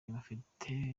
mufite